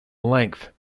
length